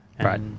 Right